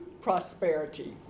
prosperity